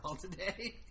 today